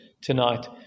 tonight